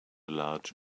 large